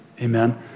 amen